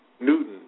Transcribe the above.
Newton